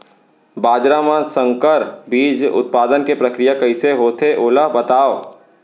बाजरा मा संकर बीज उत्पादन के प्रक्रिया कइसे होथे ओला बताव?